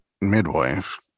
midwife